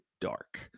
dark